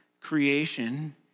creation